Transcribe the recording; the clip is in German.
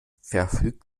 verfügt